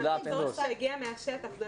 זה צורך שהגיע מן השטח.